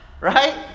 right